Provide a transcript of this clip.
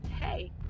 hey